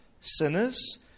sinners